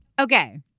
Okay